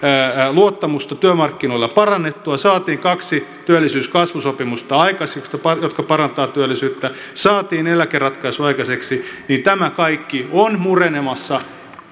luottamusta työmarkkinoilla parannettua saatiin kaksi työllisyys ja kasvusopimusta aikaiseksi jotka parantavat työllisyyttä saatiin eläkeratkaisu aikaiseksi tämä kaikki on murentumassa